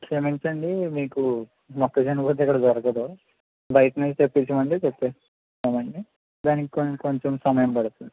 క్షమించండి మీకు మొక్కజొన్న పొత్తు ఇక్కడ దొరకదు బయటి నుంచి తెప్పించిమంటే తెప్పిస్తామండి దానికి కొంచెం సమయం పడతది